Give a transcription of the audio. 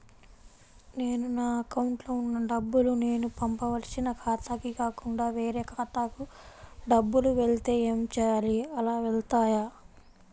నేను నా అకౌంట్లో వున్న డబ్బులు నేను పంపవలసిన ఖాతాకి కాకుండా వేరే ఖాతాకు డబ్బులు వెళ్తే ఏంచేయాలి? అలా వెళ్తాయా?